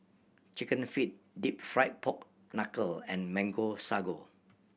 Chicken Feet Deep Fried Pork Knuckle and Mango Sago